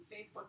Facebook